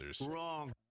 Wrong